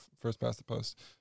first-past-the-post